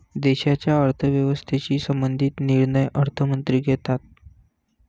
देशाच्या अर्थव्यवस्थेशी संबंधित निर्णय अर्थमंत्री घेतात